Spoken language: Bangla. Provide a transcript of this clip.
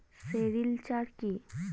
সেরিলচার কি?